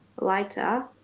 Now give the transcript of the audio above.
lighter